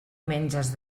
menges